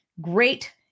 Great